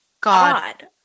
God